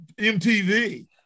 MTV